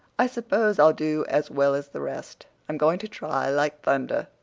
i s'pose i'll do as well as the rest. i'm going to try like thunder.